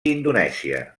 indonèsia